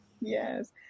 Yes